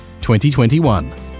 2021